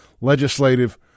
legislative